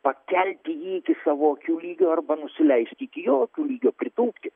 pakelti jį iki savo akių lygio arba nusileisti iki jo akių lygio pritūpti